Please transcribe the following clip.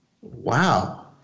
Wow